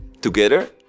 together